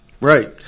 Right